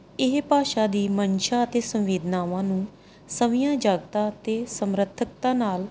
ਇਹ ਭਾਸ਼ਾ ਦੀ ਮਨਸ਼ਾ ਅਤੇ ਸੰਵੇਦਨਾਵਾਂ ਨੂੰ ਸਵੀਆਂ ਜਗਤਾਂ ਅਤੇ ਸਮਰੱਥਕਤਾ ਨਾਲ